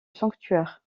sanctuaire